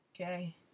okay